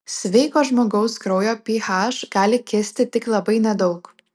sveiko žmogaus kraujo ph gali kisti tik labai nedaug